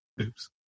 Oops